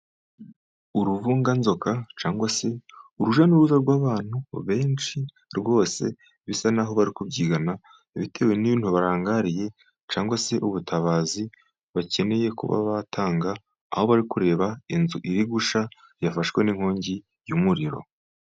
Uruvunganzoka cyangwa se urujya n'uruza rw'abantu benshi rwose, bisa naho bari kubyigana bitewe nibintu barangariye cyangwa se ubutabazi bakeneye kuba batanga aho bari kureba inzu iri gushya yafashwe n'inkogi y'umuriro.